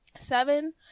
seven